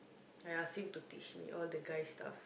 I ask him to teach me all the guys stuff